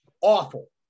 awful